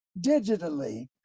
digitally